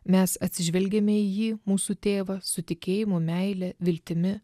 mes atsižvelgiame į jį mūsų tėvą su tikėjimu meile viltimi